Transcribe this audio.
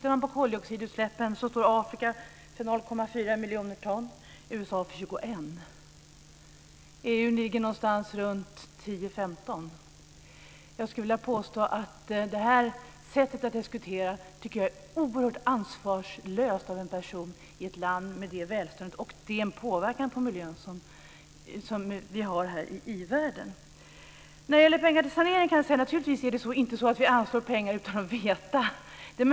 Av koldioxidutsläppen står Afrika för 0,4 miljoner ton medan USA står för 21 miljoner ton och EU för någonstans mellan 10 och Jag tycker att det här sättet att diskutera är oerhört ansvarslöst av en person i ett land med ett sådant välstånd och sådan påverkan på miljön som ett land i i-världen har. När det gäller pengar till sanering kan jag säga att det naturligtvis inte är så att vi anslår pengar utan att veta till vad.